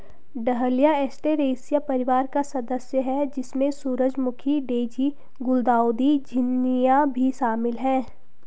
dahlia Asteraceae परिवार का सदस्य है, जिसमें सूरजमुखी, डेज़ी, गुलदाउदी, झिननिया भी शामिल है